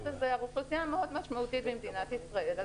--- אוכלוסייה מאוד משמעותית במדינת ישראל,